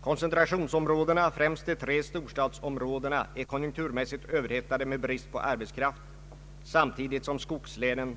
Koncentrationsområdena — främst de tre storstadsområdena — är konjunkturmässigt överhettade av brist på arbetskraft samtidigt som skogslänen